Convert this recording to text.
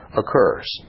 occurs